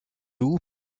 houx